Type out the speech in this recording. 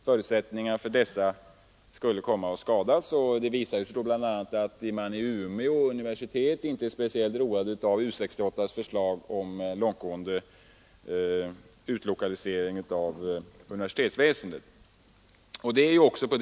Det visar sig att man t.ex. vid Umeå universitet inte är speciellt road av U68:s förslag om långtgående utlokalisering av universitetsväsendet.